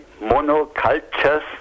monocultures